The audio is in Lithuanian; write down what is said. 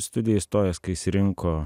studiją įstojęs kai jis rinko